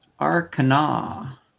Arcana